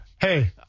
Hey